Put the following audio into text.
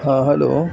ہاں ہلو